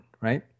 right